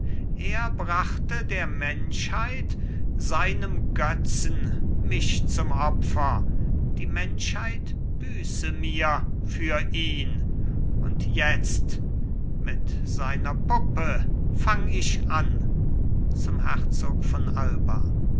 er brachte der menschheit seinem götzen mich zum opfer die menschheit büße mir für ihn und jetzt mit seiner puppe fang ich an zum herzog von alba